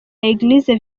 eglise